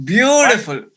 Beautiful